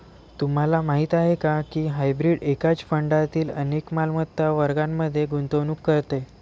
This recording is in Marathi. तुम्हाला माहीत आहे का की हायब्रीड एकाच फंडातील अनेक मालमत्ता वर्गांमध्ये गुंतवणूक करते?